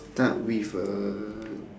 start with uh